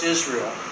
Israel